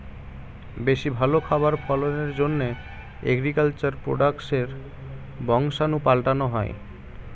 বেশি ভালো খাবার ফলনের জন্যে এগ্রিকালচার প্রোডাক্টসের বংশাণু পাল্টানো হয়